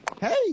Hey